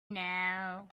now